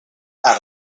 out